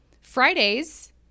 Fridays